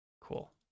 cool